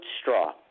straw